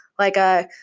like a